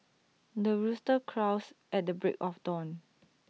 the rooster crows at the break of dawn